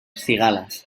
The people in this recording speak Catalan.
cigales